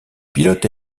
pilote